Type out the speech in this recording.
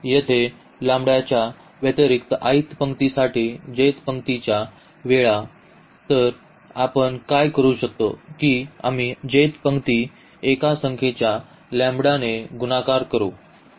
येथे लॅम्बडाच्या व्यतिरिक्त पंक्तीसाठी पंक्तीच्या वेळा तर आपण काय करू शकतो की आम्ही पंक्ती एका संख्येच्या लॅम्बडा ने गुणाकार करू